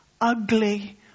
ugly